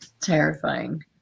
terrifying